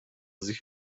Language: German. sich